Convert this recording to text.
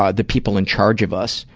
ah the people in charge of us.